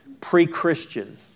pre-Christian